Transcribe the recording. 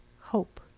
hope